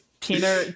Tina